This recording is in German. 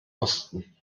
osten